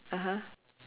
(uh huh)